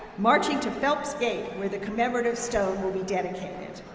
marching to phelps gate, where the commemorative stone will be dedicated.